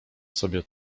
sobie